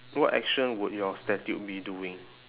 what action would your statue be doing